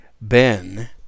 Ben